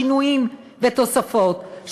שינויים ותוספות,